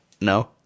No